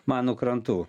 mano krantų